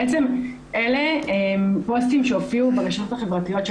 בעצם אלה פוסטים שהופיעו ברשתות החברתיות של